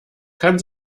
kann